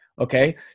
Okay